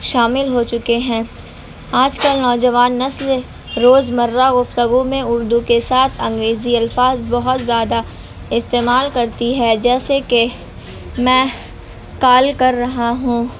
شامل ہو چکے ہیں آج کل نوجوان نسل روز مرہ گفتگو میں اردو کے ساتھ انگریزی الفاظ بہت زیادہ استعمال کرتی ہے جیسے کہ میں کال کر رہا ہوں